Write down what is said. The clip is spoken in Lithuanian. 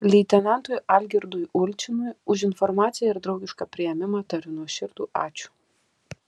leitenantui algirdui ulčinui už informaciją ir draugišką priėmimą tariu nuoširdų ačiū